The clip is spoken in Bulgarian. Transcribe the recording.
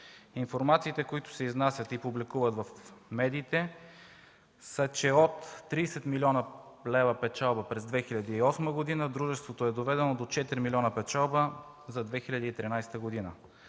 Информациите, които се изнасят и публикуват в медиите, са, че от 30 млн. лв. печалба през 2008 г. дружеството е доведено до 4 млн. печалба за 2013 г.